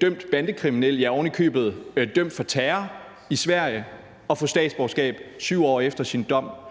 dømt bandekriminel, ja, ovenikøbet dømt for terror i Sverige, og få statsborgerskab 7 år efter sin dom.